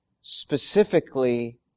specifically